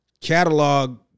catalog